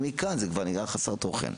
ומכאן זה כבר נהיה חסר תוכן,